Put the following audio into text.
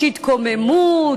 "התקוממות",